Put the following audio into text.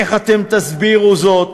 איך אתם תסבירו זאת?